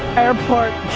airport